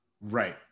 Right